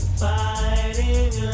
fighting